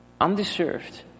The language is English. undeserved